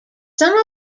some